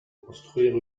construire